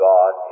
God